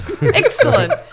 Excellent